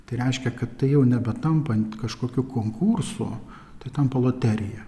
tai reiškia kad tai jau nebe tampant kažkokiu konkursu tai tampa loterija